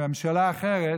מממשלה אחרת,